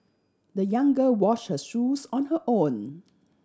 the young girl wash her shoes on her own